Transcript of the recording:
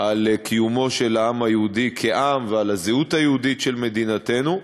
על קיומו של העם היהודי כעם ועל הזהות היהודית של מדינתנו,